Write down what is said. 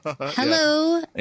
hello